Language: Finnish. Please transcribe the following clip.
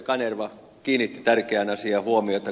kanerva kiinnitti tärkeään asiaan huomiota